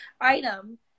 item